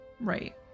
Right